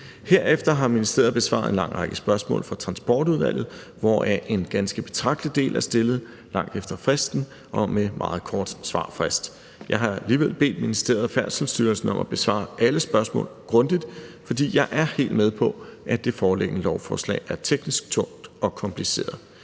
Herefter har ministeriet besvaret en lang række spørgsmål fra Transportudvalget, hvoraf en ganske betragtelig del er stillet langt efter fristen og med meget kort svarfrist. Jeg har alligevel bedt ministeriet og Færdselsstyrelsen om at besvare alle spørgsmål grundigt, fordi jeg er helt med på, at det foreliggende lovforslag er teknisk tungt og kompliceret.